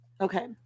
Okay